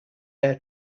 air